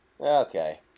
Okay